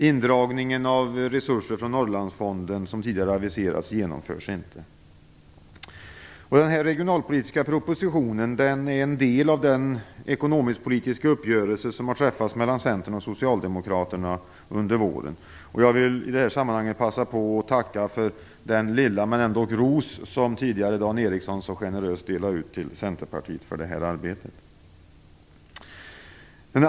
Minskningen av resurser från Norrlandsfonden, som tidigare har aviserats, genomförs inte. Den regionalpolitiska propositionen är en del av den ekonomisk-politiska uppgörelse som har träffats mellan Centern och Socialdemokraterna under våren. Jag vill i detta sammanhang passa på att tacka för den lilla men ändock ros som Dan Ericsson tidigare så generöst delade ut till Centerpartiet för detta arbete.